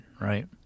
right